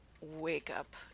wake-up